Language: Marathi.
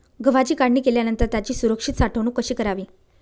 गव्हाची काढणी केल्यानंतर त्याची सुरक्षित साठवणूक कशी करावी?